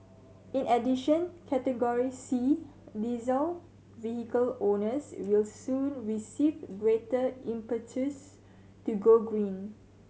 in addition Category C diesel vehicle owners will soon receive greater impetus to go green